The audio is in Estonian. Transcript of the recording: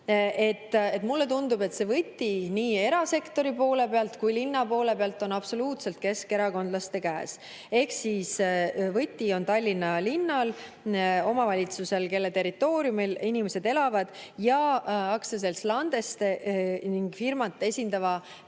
OÜ. Mulle tundub, et see võti nii erasektori poole pealt kui ka linna poole pealt on absoluutselt keskerakondlaste käes. Ehk siis võti on Tallinna linnal, omavalitsusel, kelle territooriumil inimesed elavad, ja aktsiaseltsi Landeste ning firmat esindava